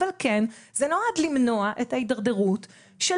אבל כן זה נועד למנוע את ההתדרדרות של